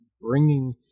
bringing